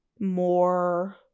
more